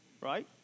Right